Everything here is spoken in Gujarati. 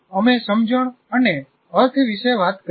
અમે સમજણ અને અર્થ વિશે વાત કરી છે